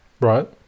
Right